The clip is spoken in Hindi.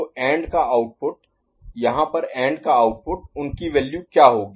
तो एंड का आउटपुट यहाँ पर एंड का आउटपुट उनकी वैल्यू क्या होगी